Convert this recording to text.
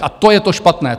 A to je to špatné.